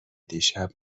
دیشب